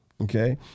Okay